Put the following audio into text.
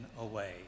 away